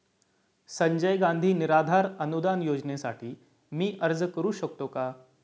संजय गांधी निराधार अनुदान योजनेसाठी मी अर्ज करू शकतो का?